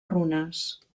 runes